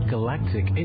Galactic